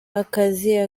akazi